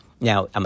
Now